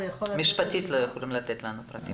משפטית לא יכולים לתת לנו פרטים.